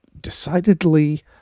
decidedly